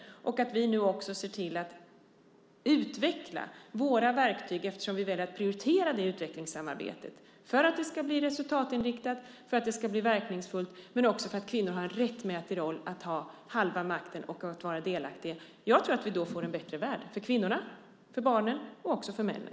Vi ska också utveckla våra verktyg eftersom vi väljer att prioritera det utvecklingssamarbetet för att det ska bli resultatinriktat och verkningsfullt, men också för att kvinnor har en rättmätig roll att ha halva makten och att vara delaktig. Jag tror att vi då får en bättre värld för kvinnorna, för barnen och också för männen.